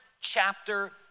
chapter